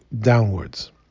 downwards